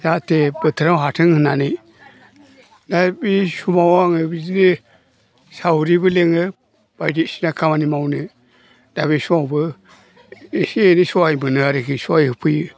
जाहाथे बोथोराव हाथों होननानै दा बि समाव आङो बिदिनो सावरिबो लेङो बायदिसिना खामानि मावनो दा बि समावबो एसे एनै सहाय मोनो आरोखि सहाय होफैयो